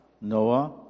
Noah